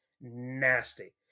nasty